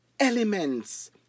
Elements